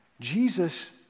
Jesus